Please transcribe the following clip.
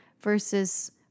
versus